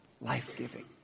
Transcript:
life-giving